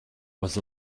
was